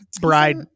bride